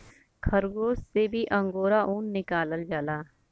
खरगोस से भी अंगोरा ऊन निकालल जाला